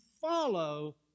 follow